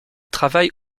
travaille